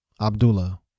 Abdullah